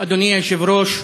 אדוני היושב-ראש,